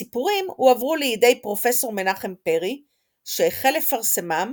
הסיפורים הועברו לידי פרופ' מנחם פרי שהחל לפרסמם